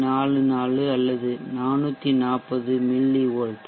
44 அல்லது 440 milli volt